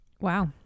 Wow